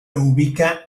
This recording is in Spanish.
ubica